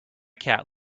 cat